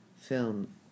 film